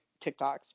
TikToks